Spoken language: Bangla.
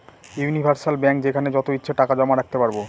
ইউনিভার্সাল ব্যাঙ্ক যেখানে যত ইচ্ছে টাকা জমা রাখতে পারবো